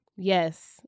Yes